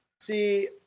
see